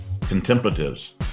contemplatives